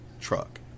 truck